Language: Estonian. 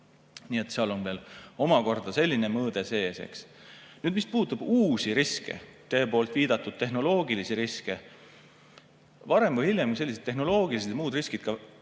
Nii et seal on veel omakorda selline mõõde sees. Mis puudutab uusi riske, teie viidatud tehnoloogilisi riske, siis varem või hiljem sellised tehnoloogilised ja muud riskid